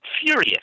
furious